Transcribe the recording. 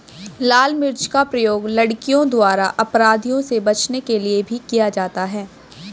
लाल मिर्च का प्रयोग लड़कियों द्वारा अपराधियों से बचने के लिए भी किया जाता है